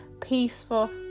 peaceful